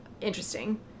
interesting